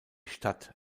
stadt